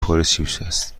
است